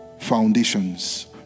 foundations